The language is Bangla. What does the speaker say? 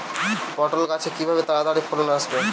পটল গাছে কিভাবে তাড়াতাড়ি ফলন আসবে?